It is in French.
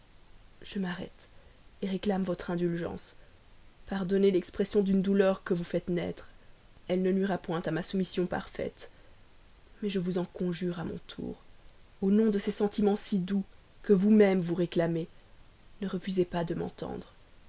je m'arrête réclame votre indulgence pardonnez l'expression d'une douleur que vous faites naître elle ne nuira point à ma soumission parfaite mais je vous conjure à mon tour au nom de ces sentiments si doux que vous-même vous réclamez ne refusez pas de m'entendre